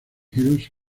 hills